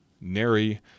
nary